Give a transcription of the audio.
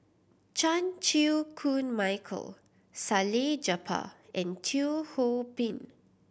Chan Chew Koon Michael Salleh Japar and Teo Ho Pin